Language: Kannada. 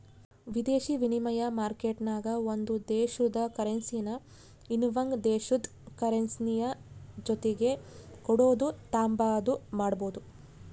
ವಿದೇಶಿ ವಿನಿಮಯ ಮಾರ್ಕೆಟ್ನಾಗ ಒಂದು ದೇಶುದ ಕರೆನ್ಸಿನಾ ಇನವಂದ್ ದೇಶುದ್ ಕರೆನ್ಸಿಯ ಜೊತಿಗೆ ಕೊಡೋದು ತಾಂಬಾದು ಮಾಡ್ಬೋದು